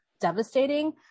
devastating